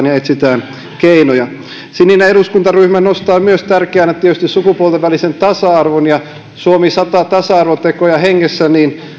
ja etsittävän keinoja sininen eduskuntaryhmä nostaa tärkeänä tietysti myös sukupuolten välisen tasa arvon ja suomi sadan tasa arvotekojen hengessä